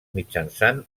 mitjançant